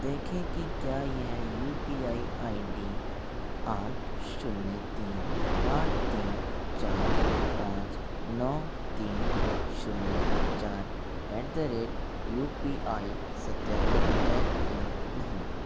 देखें कि क्या यह U P I I D आठ शून्य तीन आठ तीन चार पाँच नौ तीन शून्य चार at the rate U P I सत्यापित है या नहीं